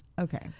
Okay